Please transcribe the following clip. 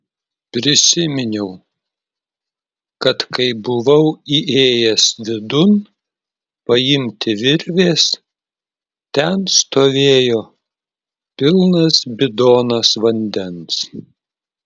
prisiminiau kad kai buvau įėjęs vidun paimti virvės ten stovėjo pilnas bidonas vandens